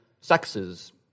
sexes